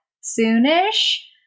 soon-ish